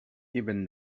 even